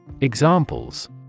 Examples